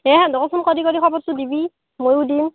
দে সেন্ধকো ফোন কৰি কৰি খবৰটো দিবি মইও দিম